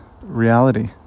reality